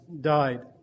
died